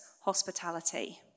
hospitality